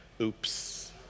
oops